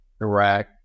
Iraq